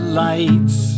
lights